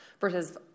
Versus